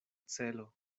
celo